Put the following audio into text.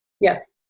Yes